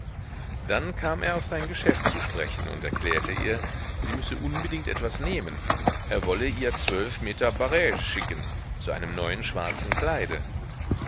dann kam er auf sein geschäft zu sprechen und erklärte ihr sie müsse unbedingt etwas nehmen er wolle ihr zwölf meter barege schicken zu einem neuen schwarzen kleide